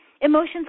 Emotions